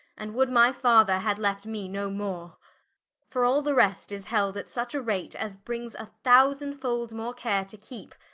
and would my father had left me no more for all the rest is held at such a rate, as brings a thousand fold more care to keepe,